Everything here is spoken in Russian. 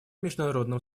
международным